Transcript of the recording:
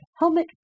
helmet